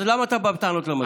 אז למה אתה בא בטענות למשגיח?